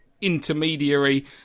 intermediary